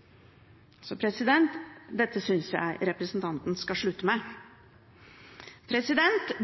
så skal de legge skylden på andre, for de har verken krefter eller vilje selv til å slåss fram det de har lovt, når de selv sitter i regjering. Dette synes jeg at representanten skal slutte med.